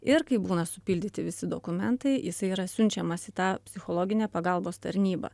ir kai būna supildyti visi dokumentai jisai yra siunčiamas į tą psichologinę pagalbos tarnybą